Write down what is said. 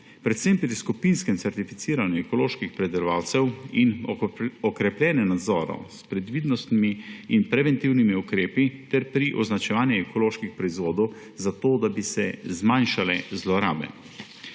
predvsem pri skupinskem certificiranju ekoloških pridelovalcev in okrepljenem nadzoru s previdnostnimi in preventivnimi ukrepi ter pri označevanju ekoloških proizvodov zato, da bi se zmanjšale zlorabe.